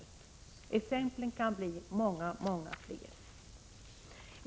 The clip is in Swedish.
Exemplen kan bli många, många fler.